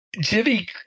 Jimmy